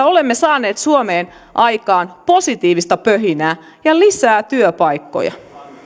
olemme saaneet suomeen aikaan positiivista pöhinää ja lisää työpaikkoja